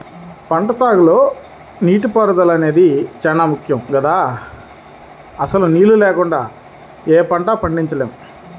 పంటసాగులో నీటిపారుదల అనేది చానా ముక్కెం గదా, అసలు నీళ్ళు లేకుండా యే పంటా పండించలేము